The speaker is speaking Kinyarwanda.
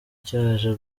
cyaje